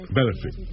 Benefit